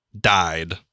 died